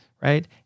right